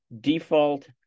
Default